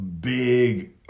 big